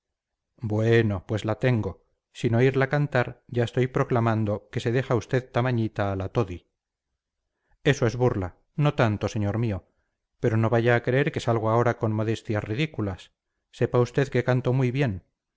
bueno pues la tengo sin oírla cantar ya estoy proclamando que se deja usted tamañita a la todi eso es burla no tanto señor mío pero no vaya a creer que salgo ahora con modestias ridículas sepa usted que canto muy bien